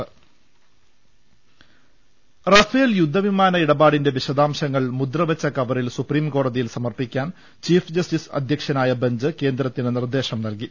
ൾ ൽ ൾ റഫേൽ യുദ്ധവിമാന ഇടപാടിന്റെ വിശദാംശങ്ങൾ മുദ്രവെച്ച കവറിൽ സുപ്രീംകോടതിയിൽ സമർപ്പിക്കാൻ ചീഫ് ജസ്റ്റിസ് അധ്യക്ഷനായ ബെഞ്ച് കേന്ദ്രത്തിന് നിർദേശം നൽകി